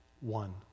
one